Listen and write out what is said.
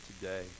today